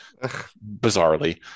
bizarrely